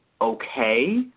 okay